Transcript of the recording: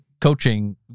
coaching